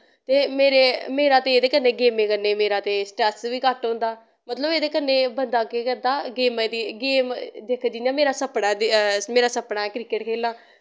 ते मेरे मेरा ते एह्दे कन्ने गेमें कन्ने मेरा ते स्ट्रेस बी घट्ट होंदा मतलव एह्दे कन्ने बंदा केह् करदा गेमा दी गेम दिक्खो जियां मेरा सपना मेरा सपना ऐ क्रिकेट खेलना